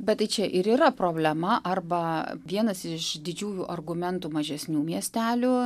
bet tai čia ir yra problema arba vienas iš didžiųjų argumentų mažesnių miestelių